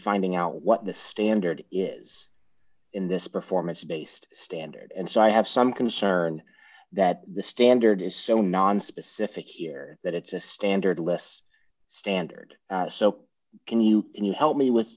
finding out what the standard is in this performance based standard and so i have some concern that the standard is so nonspecific year that it's a standard list standard so can you help me with